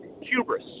hubris